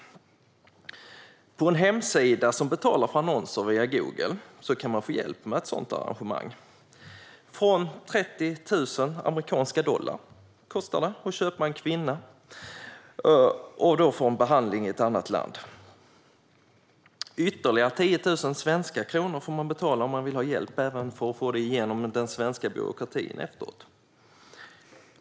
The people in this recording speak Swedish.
På en hemsida som betalar för annonser via Google kan man få hjälp med ett sådant arrangemang. Från 30 000 amerikanska dollar kostar det att köpa en kvinna och få en behandling i ett annat land. Ytterligare 10 000 svenska kronor får man betala om man även vill ha hjälp med att få detta genom den svenska byråkratin efteråt.